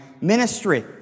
ministry